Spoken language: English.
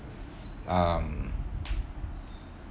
um